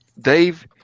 Dave